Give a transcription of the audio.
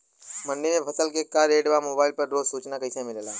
मंडी में फसल के का रेट बा मोबाइल पर रोज सूचना कैसे मिलेला?